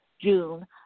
June